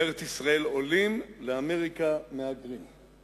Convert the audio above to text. לארץ-ישראל עולים, לאמריקה, מהגרים.